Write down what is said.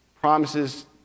promises